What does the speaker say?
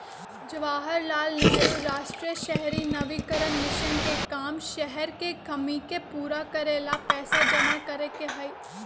जवाहर लाल नेहरू राष्ट्रीय शहरी नवीकरण मिशन के काम शहर के कमी के पूरा करे ला पैसा जमा करे के हई